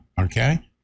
okay